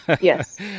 Yes